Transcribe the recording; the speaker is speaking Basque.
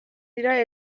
dira